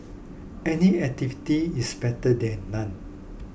any activity is better than none